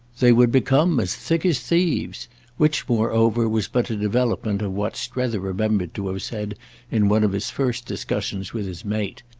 they would become as thick as thieves which moreover was but a development of what strether remembered to have said in one of his first discussions with his mate,